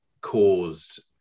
caused